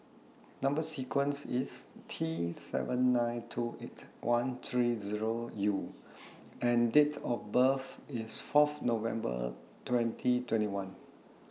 Number sequence IS T seven nine two eight one three Zero U and Date of birth IS Fourth November twenty twenty one